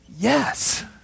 Yes